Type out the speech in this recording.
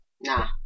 Nah